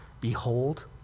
Behold